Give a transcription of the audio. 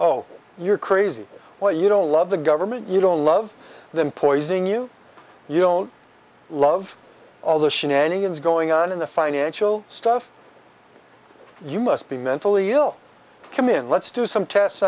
oh you're crazy or you don't love the government you don't love them poising you you don't love all the shenanigans going on in the financial stuff you must be mentally ill to come in let's do some tests